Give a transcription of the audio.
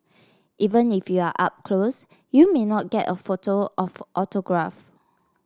even if you are up close you may not get a photo or autograph